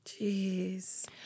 Jeez